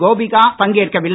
கோபிகா பங்கேற்கவில்லை